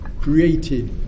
created